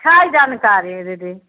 छै जानकारी दीदी